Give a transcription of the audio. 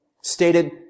stated